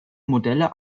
modelle